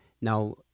now